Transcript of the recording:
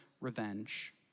revenge